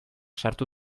sartu